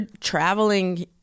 traveling